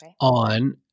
on